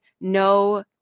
no